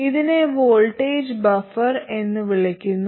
ഇതിനെ voltage buffer എന്ന് വിളിക്കുന്നു